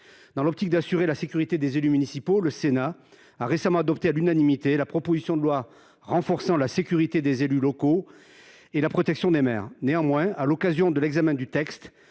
Dans l’optique d’assurer la sécurité des élus municipaux, le Sénat a récemment adopté, à l’unanimité, la proposition de loi renforçant la sécurité des élus locaux et la protection des maires. Néanmoins, à l’occasion de l’examen du texte,